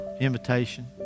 invitation